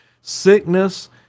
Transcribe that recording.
sickness